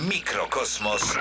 Mikrokosmos